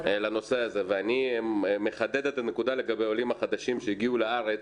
אני מחדד את הנקודה לגבי עולים חדשים שהגיעו לארץ